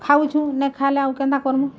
ଖାଉଛୁଁ ନେଇ ଖାଏଲେ ଆଉ କେନ୍ତା କର୍ମୁଁ